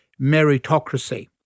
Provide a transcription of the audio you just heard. meritocracy